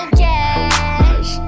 cash